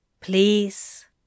Please